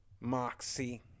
moxie